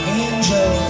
angel